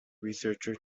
researcher